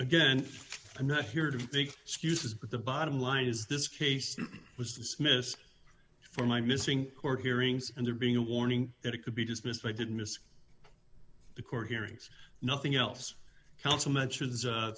again i'm not here to think skews this but the bottom line is this case was dismissed for my missing court hearings and there being a warning that it could be dismissed i did miss the court hearings nothing else